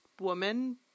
woman